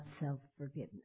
self-forgiveness